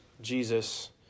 Jesus